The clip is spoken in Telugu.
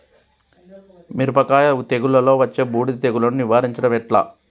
మిరపకాయ తెగుళ్లలో వచ్చే బూడిది తెగుళ్లను నివారించడం ఎట్లా?